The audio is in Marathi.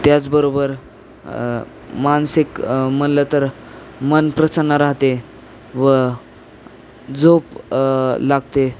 त्याचबरोबर मानसिक म्हणलं तर मन प्रसन्न राहते व झोप लागते